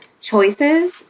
choices